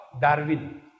Darwin